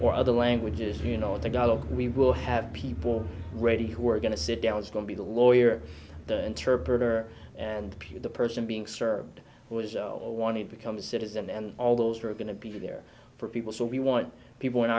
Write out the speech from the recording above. or other languages you know the god of we will have people ready who are going to sit down it's going to be the lawyer the interpreter and p the person being served who has a want to become a citizen and all those are going to be there for people so we want people in